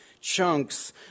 chunks